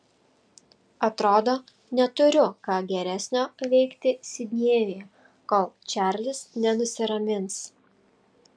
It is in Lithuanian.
atrodo neturiu ką geresnio veikti sidnėjuje kol čarlis nenusiramins